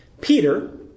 Peter